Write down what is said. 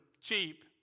cheap